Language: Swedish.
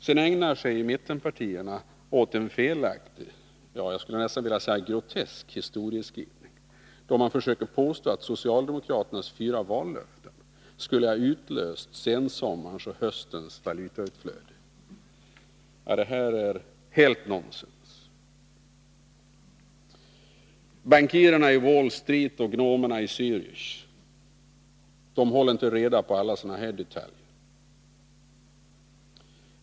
Sedan ägnar sig mittenpartierna åt en helt felaktig — jag skulle nästan vilja säga grotesk — historieskrivning, då man försöker påstå att socialdemokraternas fyra vallöften skulle ha utlöst sensommarens och höstens valutautflöde. Detta är helt nonsens. Bankirerna på Wall Street och gnomerna i Zärich håller inte reda på alla sådana detaljer.